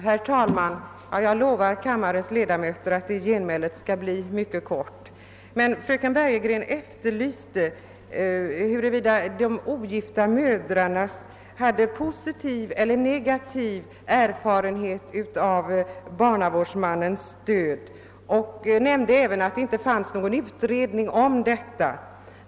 Herr talman! Jag lovar kammarens ledamöter att genmälet skall bli mycket kort. Fröken Bergegren ville veta huruvida de ogifta mödrarna har positiv eller negativ erfarenhet av barnavårdsmannens stöd. Hon nämnde även att det inte finns någon utredning.